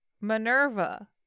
Minerva